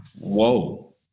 whoa